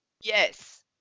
Yes